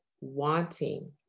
wanting